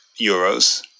Euros